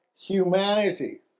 humanity